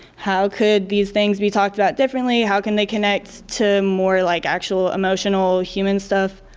how could these things be talked about differently? how can they connect to more like actual emotional human stuff?